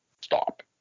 stop